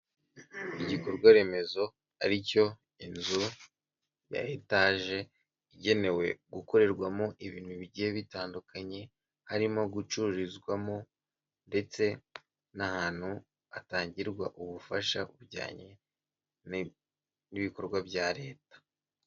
Igikorwaremezo ari cyo inzu ya etaje igenewe gukorerwamo ibintu bigiye bitandukanye, harimo gucururizwamo ndetse n'ahantu hatangirwa ubufasha bujyanye n'ibikorwa bya leta.